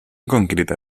concreta